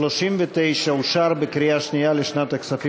סעיף 39 אושר בקריאה שנייה לשנת הכספים